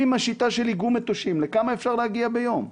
עם השיטה של איגום מטושים, לכמה אפשר להגיע ביום?